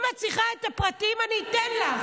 אם את צריכה את הפרטים, אני אתן לך.